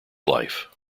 life